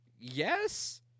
Yes